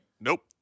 Nope